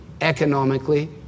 economically